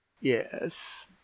yes